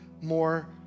more